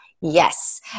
Yes